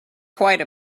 quite